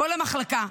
כל המחלקה,